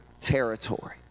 territory